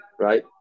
Right